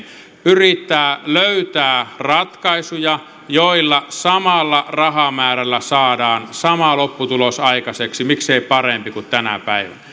yrittää löytää ratkaisuja joilla samalla rahamäärällä saadaan sama lopputulos aikaiseksi miksei parempi kuin tänä päivänä